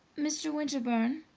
mr. winterbourne!